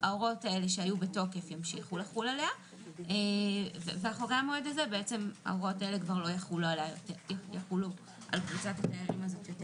אישור של משרד התיירות,